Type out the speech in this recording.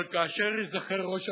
אבל כאשר ייזכר ראש הממשלה,